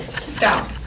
Stop